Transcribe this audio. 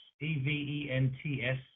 E-V-E-N-T-S